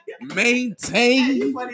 maintain